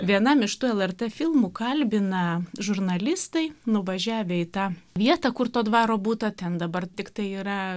vienam iš tų el er t filmų kalbina žurnalistai nuvažiavę į tą vietą kur to dvaro būta ten dabar tiktai yra